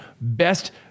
best